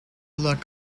luck